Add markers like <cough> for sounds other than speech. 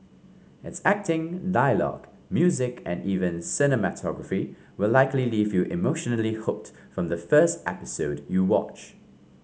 its acting dialogue music and even <noise> cinematography will likely leave you emotionally hooked from the first episode you watch